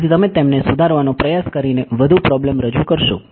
તેથી તમે તેમને સુધારવાનો પ્રયાસ કરીને વધુ પ્રોબ્લેમ રજૂ કરશો